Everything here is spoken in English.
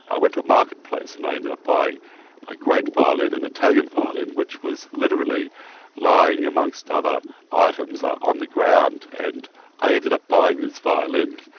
i went to a marketplace and i ended up buying a great violin, an italian violin which was literally lying amongst other items um on the ground, and i ended up buying this violin.